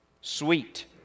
sweet